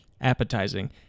appetizing